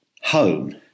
home